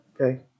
okay